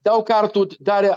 daug kartų darė